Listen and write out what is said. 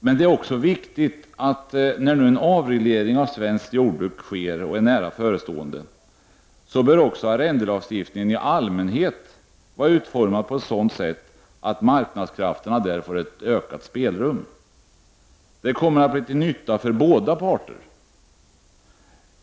Men det är också viktigt att, när nu en avreglering av svenskt jordbruk är nära förestående, arrendelagstiftningen i allmänhet är utformad på ett sådant sätt att marknadskrafterna där får ett ökat spelrum. Det kommer att bli till nytta för båda parter.